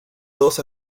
todos